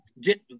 get